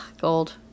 gold